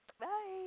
Bye